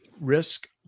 Risk